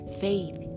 faith